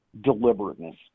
deliberateness